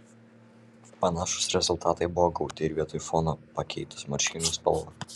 panašūs rezultatai buvo gauti ir vietoj fono pakeitus marškinių spalvą